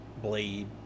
Blade